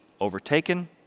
overtaken